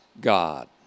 God